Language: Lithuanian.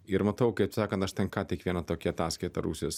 ir matau kaip sakant aš ten ką tik vieną tokią ataskaitą rusijos